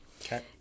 Okay